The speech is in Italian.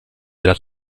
della